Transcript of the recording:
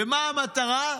ומה המטרה?